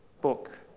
book